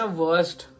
worst